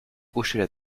hochaient